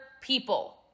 people